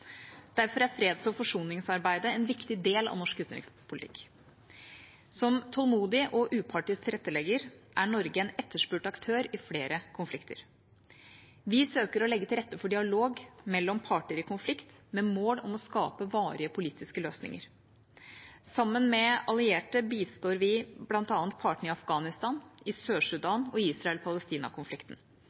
Derfor er freds- og forsoningsarbeidet en viktig del av norsk utenrikspolitikk. Som tålmodig og upartisk tilrettelegger er Norge en etterspurt aktør i flere konflikter. Vi søker å legge til rette for dialog mellom parter i konflikt med mål om å skape varige politiske løsninger. Sammen med allierte bistår vi bl.a. partene i Afghanistan, i Sør-Sudan og